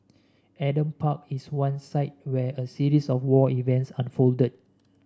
Adam Park is one site where a series of war events unfolded